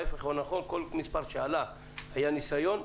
ההפך הוא הנכון: כל מספר שעלה היה ניסיון.